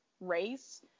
race